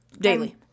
daily